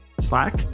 Slack